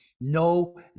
no